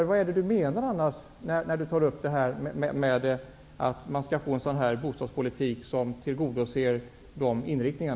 Vad menar annars Oskar Lindkvist när han säger att det skall föras en bostadspolitik som tillgodoser dessa inriktningar?